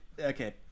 Okay